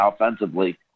offensively